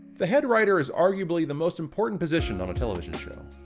the head writer is arguably the most important position on a television show,